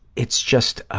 it's just,